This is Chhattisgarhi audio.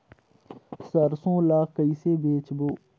सरसो ला कइसे बेचबो?